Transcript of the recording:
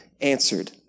answered